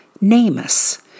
NAMUS